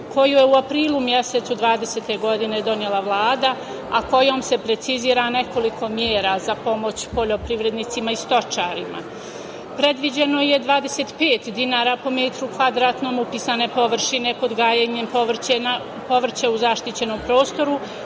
koju je u aprilu 2020. godine donela Vlada, a kojom se precizira nekoliko mera za pomoć poljoprivrednicima i stočarima. Predviđeno je 25 dinara po metru kvadratnom upisane površine kod gajenja povrća u zaštićenom prostoru,